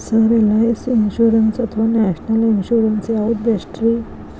Sir LIC insurance ಅಥವಾ national insurance ಯಾವುದು ಬೆಸ್ಟ್ರಿ?